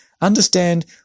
understand